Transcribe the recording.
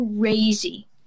crazy